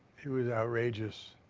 he was outrageous.